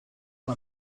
for